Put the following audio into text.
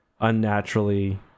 unnaturally